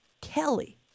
kelly